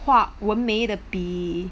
画文美的笔